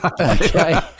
Okay